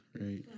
right